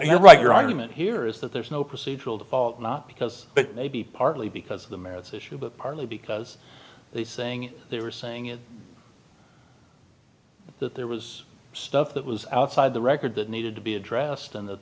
you're right your argument here is that there's no procedural default not because it may be partly because of the merits issue but partly because they saying they were saying it that there was stuff that was outside the record that needed to be addressed and that